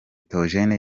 théogène